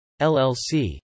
LLC